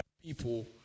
people